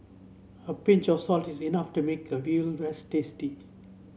a pinch of salt is enough to make a veal rice tasty